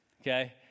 Okay